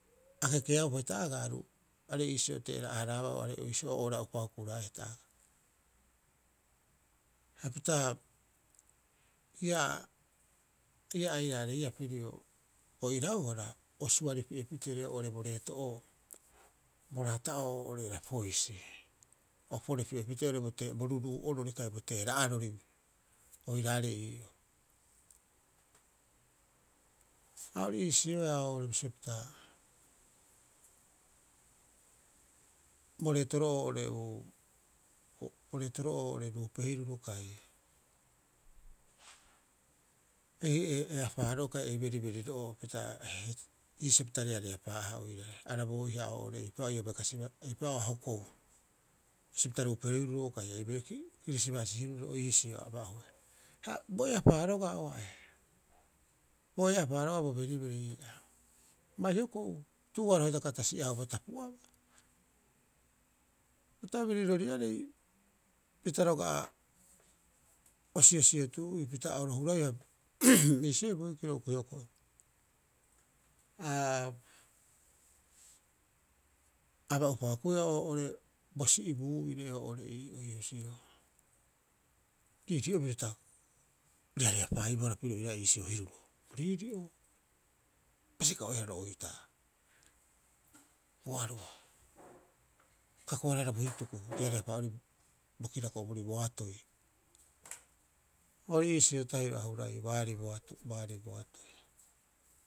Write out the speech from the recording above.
A kekeaupa hita agaa aru, are iisio o teera'a- haraaba are iisio ora'upa hukuraeaa. Hapita ia ia airaareiia pirio bo irauhara o suaripi'e pitee oo'ore bo reeto'o bo raata'oo oo'ore Rapoisi, o porepi'e pitee bo rutuu'orori kai bo teera'arori oiraarei ii'oo. A ori iisioea oo'ore bisio pita bo reetoro'oo oo'ore uu, bo reetoro'oo oo'ore ruupe hiruro kai ei- ei eapaaro oo kai ei beriberi ro'oo pita iisio pita reareapaa'aha oirare arabooiha oo'ore eipa oo ia bai kasibaa, eipa'oo a hokou. Bisio pita ruupe hiruro kai kirisibaasi hiruro o iisio aba'ohe. Ha bo eapaa roga'a oa'e, bo eapaa roga'a bo beriberi ii'aa. Bai hokou, tu'uaroha hitaka ta si'ihaa'upa ta hokoba. Bo tabiriroriarei pita roga'a o siosiotuuiu pita iisioi boikiro hioko'i. Aa, aba'upa hukuia oo'ore bo si'ibuuire oo'ore ii'oo ii husiroo. Riiri'o biru ta reareapaaibohara pirio oiraae iisio hiruroo. Bo riiri'o, ta pasika'oehara ro oitaa, bo aru'a, ta kakoaraehara bo hituku reareapaa- haa'oorii bo kirako'o boorii boatoi. Ori iisio tahiro a huraiu baarii boatoi baarii boatoi.